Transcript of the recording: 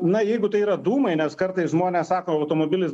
na jeigu tai yra dūmai nes kartais žmonės sako automobilis